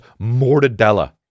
mortadella